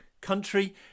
country